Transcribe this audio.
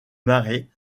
marais